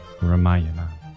Ramayana